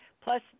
plus